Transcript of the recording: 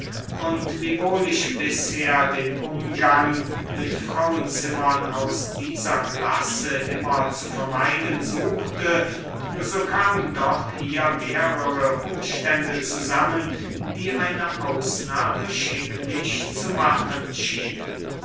und wiewohl ich bisher den umgang mit frauenzimmern aus dieser klasse immer zu vermeiden suchte so kamen doch hier mehrere umstände zusammen die eine ausnahme schicklich zu machen schienen